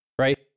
right